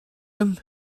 him